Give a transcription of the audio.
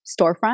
storefront